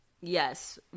Yes